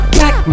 back